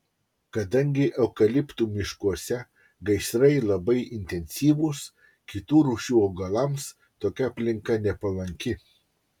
kadangi eukaliptų miškuose gaisrai labai intensyvūs kitų rūšių augalams tokia aplinka nepalanki